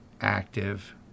active